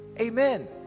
Amen